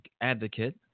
advocate